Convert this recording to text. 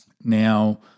Now